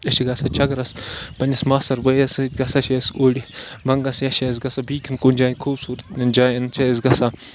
أسۍ چھِ گژھان چَکرَس پنٛنِس ماستٕر بٲیِس سۭتۍ گژھان چھِ أسۍ اوٗرۍ بَنٛگَس یا چھِ أسۍ گژھان بیٚیہِ کِنۍ کُنۍ جایہِ خوٗبصورَت جایَن چھِ أسۍ گژھان